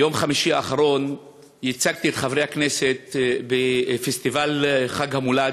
ביום חמישי האחרון ייצגתי את חברי הכנסת בפסטיבל חג המולד,